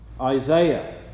Isaiah